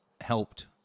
helped